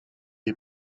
est